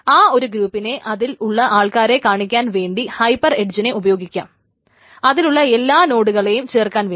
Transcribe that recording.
ആ ഒരു ഗ്രൂപ്പിനെ അതിൽ ഉള്ള ആൾക്കാരെ കാണിക്കാൻ വേണ്ടി ഹൈപ്പർ എഡ്ജിനെ ഉപയോഗിക്കാം അതിലുള്ള എല്ലാ നോടുകളെയും ചേർക്കാൻ വേണ്ടി